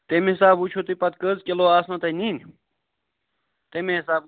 تَمہِ حِساب وُچھو تُہۍ پَتہٕ کٔژ کِلوٗ آسنو تۄہہِ نِنۍ تَمے حِساب